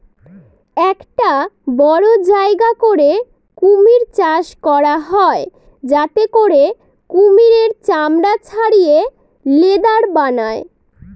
একটা বড়ো জায়গা করে কুমির চাষ করা হয় যাতে করে কুমিরের চামড়া ছাড়িয়ে লেদার বানায়